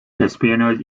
espionage